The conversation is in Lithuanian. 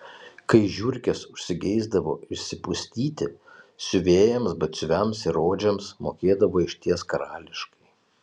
kai žiurkės užsigeisdavo išsipustyti siuvėjams batsiuviams ir odžiams mokėdavo išties karališkai